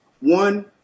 One